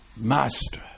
Master